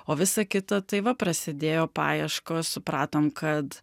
o visa kita tai va prasidėjo paieškos supratom kad